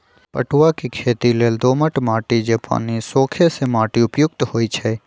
पटूआ के खेती लेल दोमट माटि जे पानि सोखे से माटि उपयुक्त होइ छइ